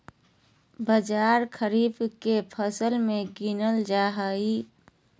बाजरा खरीफ के फसल मे गीनल जा हइ